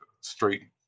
straight